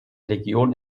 legion